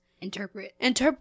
Interpret